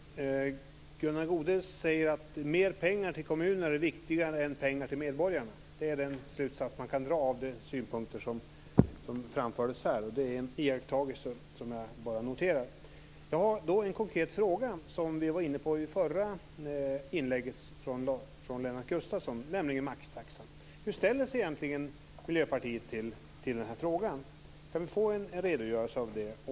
Herr talman! Först vill jag nämna en iakttagelse. Gunnar Goude säger att mer pengar till kommunerna är viktigare än mer pengar till medborgarna. Det är den slutsats man kan dra av de synpunkter som framfördes här. Det är en iakttagelse som jag noterar. Jag har en konkret fråga. Vi var inne på den i det förra inlägget från Lennart Gustavsson. Den handlar om maxtaxan. Hur ställer sig egentligen Miljöpartiet till den frågan? Kan vi få en redogörelse för det?